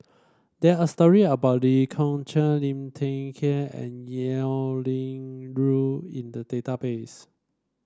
there are story about Lee Kong Chian Liu Thai Ker and Liao Yingru in the database